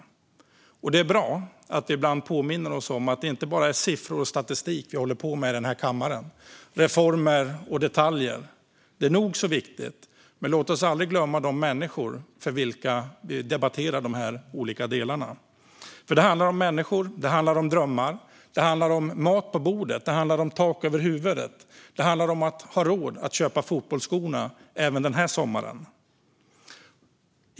Det är bra om vi ibland påminner oss om att det inte bara är siffror och statistik eller reformer och detaljer vi håller på med i den här kammaren. Det är nog så viktigt, men låt oss aldrig glömma de människor för vilka vi debatterar de här olika delarna. Det handlar nämligen om människor. Det handlar om drömmar, om mat på bordet och om tak över huvudet. Det handlar om att ha råd att köpa fotbollsskor även den här sommaren.